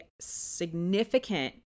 significant